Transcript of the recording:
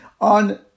on